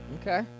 Okay